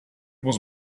was